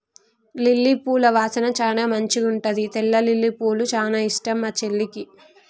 lily పూల వాసన చానా మంచిగుంటది తెల్ల లిల్లీపూలు చానా ఇష్టం మా చెల్లికి